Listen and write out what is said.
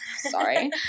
Sorry